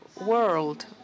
world